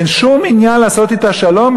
ואין שום עניין לעשות אתה שלום,